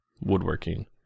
woodworking